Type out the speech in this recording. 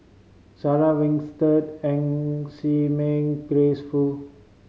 Sarah Winstedt Ng Chee Meng Grace Fu